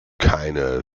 keine